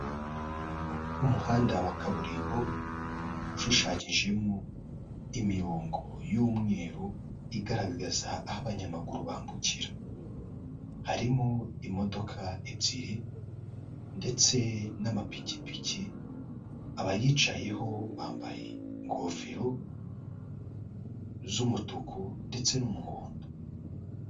Umuhanda wa kaburimbo, ushushanyijemo imirongo y'umweru igaragaza aho abanyamaguru bambukira, harimo imodoka ebyiri, ndetse n'amapikipiki, abayicayeho bambaye ingofero z'umutuku ndetse n'umuhondo.